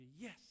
Yes